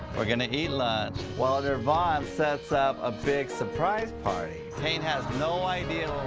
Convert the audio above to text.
we're gonna eat lunch while nirvan sets up a big surprise party. caine has no idea